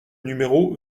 numéro